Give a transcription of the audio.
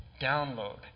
download